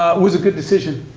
ah was a good decision,